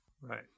right